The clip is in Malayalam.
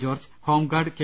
George home guard K